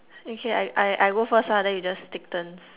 okay I I I go first ah then you just take turns